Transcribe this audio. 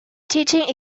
teaching